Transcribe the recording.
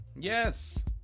Yes